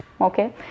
Okay